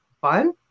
fun